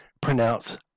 pronounce